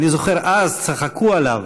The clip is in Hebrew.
אני זוכר שאז צחקו עליו,